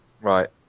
Right